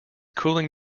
cooling